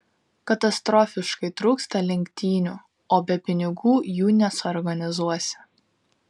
katastrofiškai trūksta lenktynių o be pinigų jų nesuorganizuosi